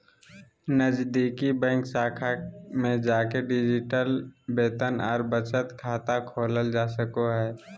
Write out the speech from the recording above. नजीदीकि बैंक शाखा में जाके डिजिटल वेतन आर बचत खाता खोलल जा सको हय